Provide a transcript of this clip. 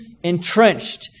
entrenched